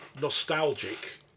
nostalgic